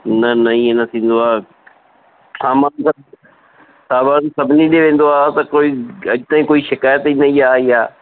न न इअं न थींदो आहे सामानु सभु सामानु सभिनी ॾे वेंदो आहे त कोई अॼु ताईं कोई शिकायत ई न आई आहे